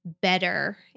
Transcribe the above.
better